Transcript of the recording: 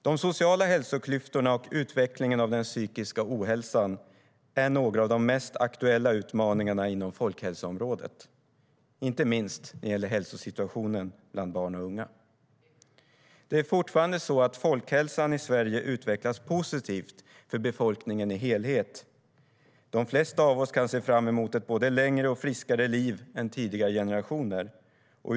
De sociala hälsoklyftorna och utvecklingen av den psykiska ohälsan är några av de mest aktuella utmaningarna inom folkhälsoområdet, inte minst när det gäller hälsosituationen bland barn och unga. Det är fortfarande så att folkhälsan i Sverige utvecklas positivt för befolkningen i helhet. De flesta av oss kan se fram emot ett både längre och friskare liv än tidigare generationer.